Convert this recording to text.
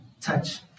touch